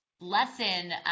lesson